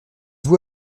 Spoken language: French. vous